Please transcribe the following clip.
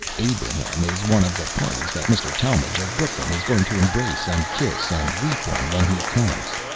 abraham is one of the parties that mr. talmage, of brooklyn, is going to embrace, and kiss, and weep on, when he comes.